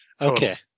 Okay